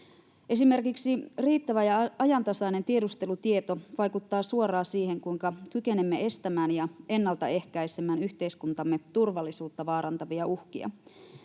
Esimerkiksi riittävä ja ajantasainen tiedustelutieto vaikuttaa suoraan siihen, kuinka kykenemme estämään ja ennaltaehkäisemään yhteiskuntamme turvallisuutta vaarantavia uhkia.